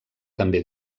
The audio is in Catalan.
també